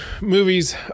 movies